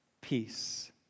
peace